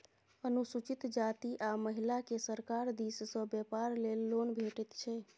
अनुसूचित जाती आ महिलाकेँ सरकार दिस सँ बेपार लेल लोन भेटैत छै